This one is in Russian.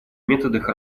методах